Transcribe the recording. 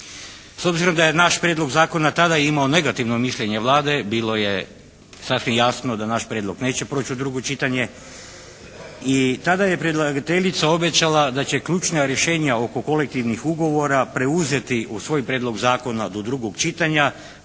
S obzirom da je naš prijedlog zakona tada imao negativno mišljenje Vlade bilo je sasvim jasno da naš prijedlog neće proći u drugo čitanje i tada je predlagateljica obećala da će ključna rješenja oko kolektivnih ugovora preuzeti u svoj prijedlog zakona do drugog čitanja,